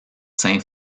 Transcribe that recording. saint